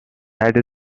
had